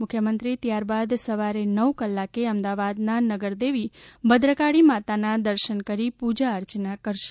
મુખ્યમંત્રી ત્યારબાદ સવારે નવ કલાકે અમદાવાદના નગરદેવી ભદ્રકાળી માતાના દર્શન કરી પુજા અર્ચના કરશે